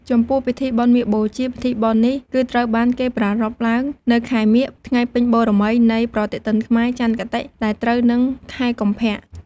ចំពោះពិធីបុណ្យមាឃបូជា ពិធីបុណ្យនេះគឺត្រូវបានគេប្រារព្ធឡើងនៅខែមាឃ ថ្ងៃពេញបូរមីនៃប្រតិទិនខ្មែរច័ន្ទគតិដែរត្រូវនឹងខែកុម្ភៈ ។